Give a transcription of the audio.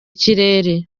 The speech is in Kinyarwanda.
ikirere